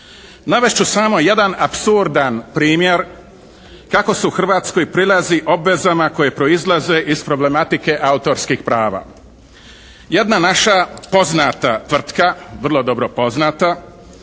Navest ću samo jedan apsurdan primjer kako se Hrvatskoj prilazi obvezama koje proizlaze iz problematike autorskih prava. Jedna naša poznata tvrtka, vrlo dobro poznata